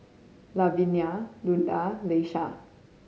Lavinia Luna Leisha